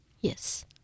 Yes